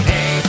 Hey